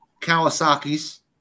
Kawasaki's